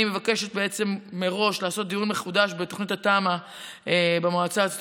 אני מבקשת בעצם מראש לעשות דיון מחודש בתוכנית התמ"א במועצה הארצית